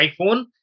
iphone